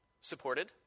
Supported